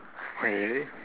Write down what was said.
really